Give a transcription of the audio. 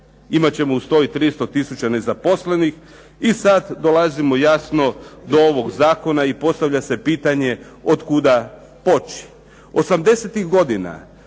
Imat ćemo uz to i 300 tisuća nezaposlenih i sad dolazimo jasno do ovog zakona i postavlja se pitanje otkuda pomoći.